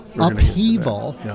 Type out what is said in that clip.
upheaval